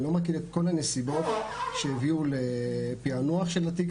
אני לא מכיר את כל הנסיבות שהביאו לפענוח של התיק